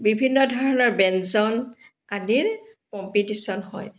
বিভিন্ন ধৰণৰ ব্যঞ্জন আদিৰ কম্পিটিশ্যন হয়